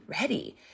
ready